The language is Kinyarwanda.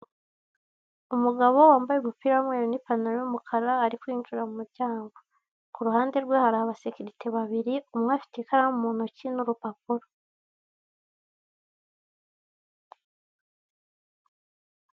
Umugabo wambaye umupira w'umweru nipantaro yumukara ari kwinjira mu muryango. Ku ruhande rwe hari abasekerite babiri umwe afite ikaramu mu ntoki n'urupapuro.